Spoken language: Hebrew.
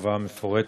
התשובה המפורטת.